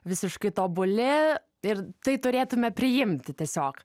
visiškai tobuli ir tai turėtume priimti tiesiog